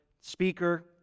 speaker